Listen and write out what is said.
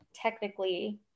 technically